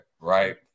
right